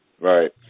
Right